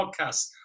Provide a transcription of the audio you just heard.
Podcast